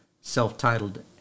self-titled